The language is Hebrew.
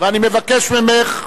אני מבקש ממך,